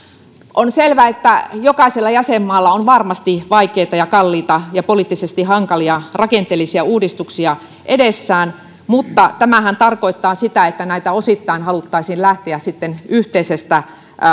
on selvä että jokaisella jäsenmaalla on varmasti vaikeita ja kalliita ja poliittisesti hankalia rakenteellisia uudistuksia edessään mutta tämähän tarkoittaa sitä että näitä osittain haluttaisiin lähteä sitten yhteisestä